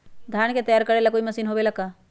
धान के तैयार करेला कोई मशीन होबेला का?